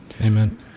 Amen